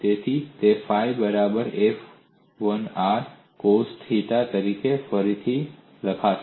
તેથી તે ફાઈ બરાબર f 1 r કોસ થિટા તરીકે ફરીથી લખાશે